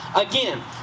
Again